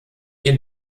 ihr